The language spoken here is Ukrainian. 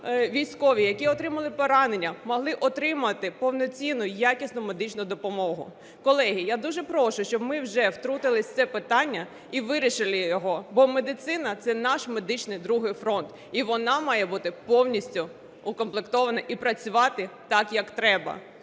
військові, які отримали поранення, могли отримати повноцінну і якісну медичну допомогу. Колеги, я дуже прошу, щоб ми вже втрутилися в це питання і вирішили його, бо медицина – це наш медичний другий фронт. І вона має бути повністю укомплектована і працювати так, як треба,